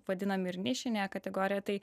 vadinam ir nišine kategorija tai